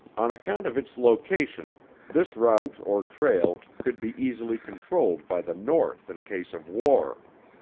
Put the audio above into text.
on account of its location this route or trail could be easily controlled by the north in case of war.